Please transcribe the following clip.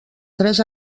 tres